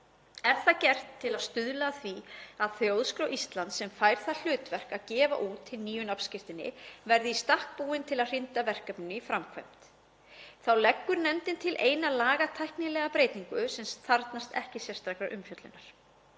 Er það gert til að stuðla að því að Þjóðskrá Íslands, sem fær það hlutverk að gefa út hin nýju nafnskírteini, verði í stakk búin til að hrinda verkefninu í framkvæmd. Þá leggur nefndin til eina lagatæknilega breytingu sem þarfnast ekki sérstakrar umfjöllunar.